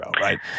right